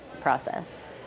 process